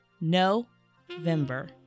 November